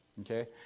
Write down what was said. okay